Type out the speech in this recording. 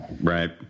Right